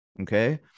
okay